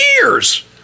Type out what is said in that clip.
years